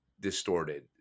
distorted